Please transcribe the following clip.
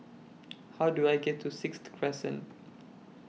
How Do I get to Sixth Crescent